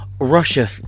Russia